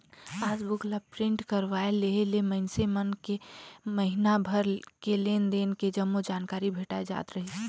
passbook ला print करवाये लेहे ले मइनसे मन के महिना भर के लेन देन के जम्मो जानकारी भेटाय जात रहीस